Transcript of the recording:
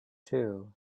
too